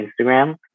Instagram